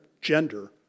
gender